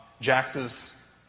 Jax's